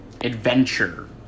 adventure